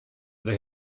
they